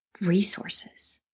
resources